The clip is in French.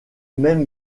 même